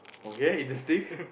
okay interesting